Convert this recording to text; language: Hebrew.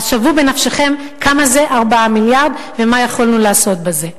שוו בנפשכם כמה זה 4 מיליארד ומה יכולנו לעשות בזה.